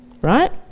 right